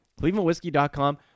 clevelandwhiskey.com